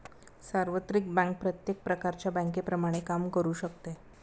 सार्वत्रिक बँक प्रत्येक प्रकारच्या बँकेप्रमाणे काम करू शकते